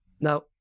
Now